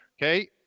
Okay